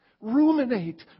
Ruminate